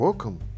Welcome